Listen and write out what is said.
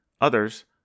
Others